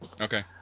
Okay